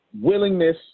Willingness